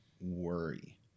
worry